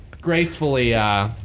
gracefully